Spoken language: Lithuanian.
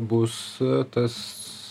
bus tas